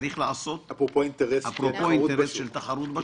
שצריך לעשות, אפרופו אינטרס של תחרות בשוק?